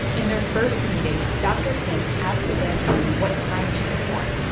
in their first meeting, dr. smith asked evangeline what time she was born.